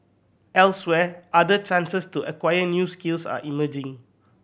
elsewhere other chances to acquire new skills are emerging